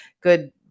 good